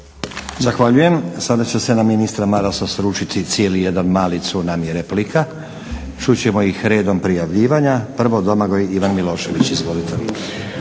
Zahvaljujem. Sada će se na ministra Marasa sručiti cijeli jedan mali tsunami replika. Čuti ćemo ih redom prijavljivanja. Prvo Domagoj Ivan Milošević. Izvolite.